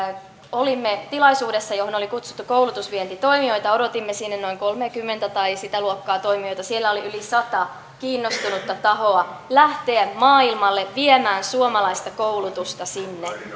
olimme tilaisuudessa johon oli kutsuttu koulutusvientitoimijoita odotimme sinne noin kolmeakymmentä tai sitä luokkaa toimijaa siellä oli yli sata kiinnostunutta tahoa lähtemään maailmalle viemään suomalaista koulutusta sinne